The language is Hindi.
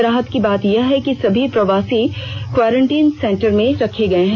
राहत की बात यह है कि सभी प्रवासी क्वारंटीन सेंटर में रखे गए हैं